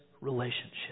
relationship